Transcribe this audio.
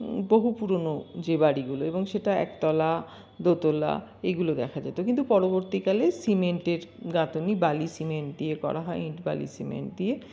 বহু পুরনো যে বাড়িগুলো এবং সেটা একতলা দোতলা এগুলো দেখা যেত কিন্তু পরবর্তীকালে সিমেন্টের গাঁথুনি বালি সিমেন্ট দিয়ে করা হয় ইঁট বালি সিমেন্ট দিয়ে